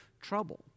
trouble